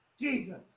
Jesus